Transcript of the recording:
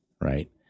right